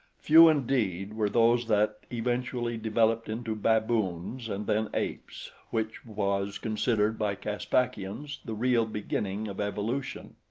few indeed were those that eventually developed into baboons and then apes, which was considered by caspakians the real beginning of evolution.